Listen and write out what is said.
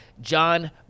John